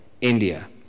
India